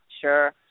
sure